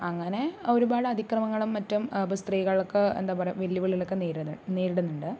അങ്ങനെ ഒരുപാട് അതിക്രമങ്ങളും മറ്റും ഇപ്പോൾ സ്ത്രീകൾക്ക് എന്താ പറയുക വെല്ലുവിളികളൊക്കെ നേരിടുന്നു നേരിടുന്നുണ്ട്